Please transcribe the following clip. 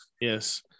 yes